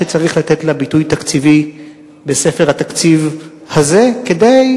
שצריך לתת לה ביטוי תקציבי בספר התקציב הזה כדי,